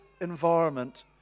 environment